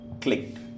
clicked